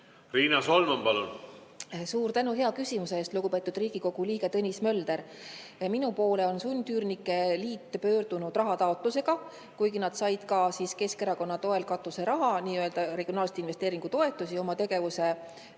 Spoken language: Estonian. Riina Solman, palun! Suur tänu hea küsimuse eest, lugupeetud Riigikogu liige Tõnis Mölder! Minu poole on üürnike liit pöördunud rahataotlusega, kuigi nad said ka Keskerakonna toel katuseraha, nii‑öelda regionaalsete investeeringute toetusi oma tegevuse